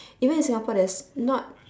even in singapore there's not